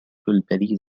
البريد